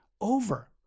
over